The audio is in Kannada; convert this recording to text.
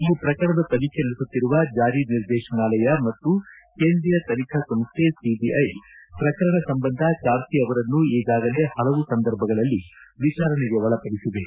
ಈ ಪ್ರಕರಣದ ತನಿಖೆ ನಡೆಸುತ್ತಿರುವ ಜಾರಿ ನಿರ್ದೇತನಾಲಯ ಮತ್ತು ಕೇಂದ್ರೀಯ ತನಿಖಾ ಸಂಸ್ವೆ ಸಿಬಿಐ ಪ್ರಕರಣ ಸಂಬಂಧ ಕಾರ್ತಿ ಅವರನ್ನು ಈಗಾಗಲೇ ಹಲವು ಸಂದರ್ಭಗಳಲ್ಲಿ ವಿಚಾರಣೆಗೆ ಒಳಪಡಿಸಿವೆ